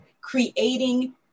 creating